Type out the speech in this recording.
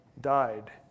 died